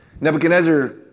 Nebuchadnezzar